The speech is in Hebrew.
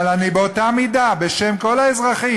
אבל אני, באותה מידה, בשם כל האזרחים,